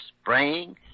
spraying